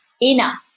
enough